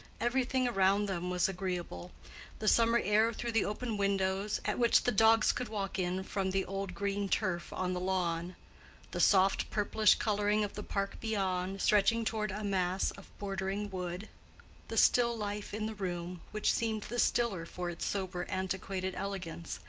everything around them was agreeable the summer air through the open windows, at which the dogs could walk in from the old green turf on the lawn the soft, purplish coloring of the park beyond, stretching toward a mass of bordering wood the still life in the room, which seemed the stiller for its sober antiquated elegance,